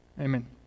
amen